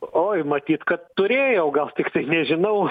oi matyt kad turėjau gal tiktai nežinau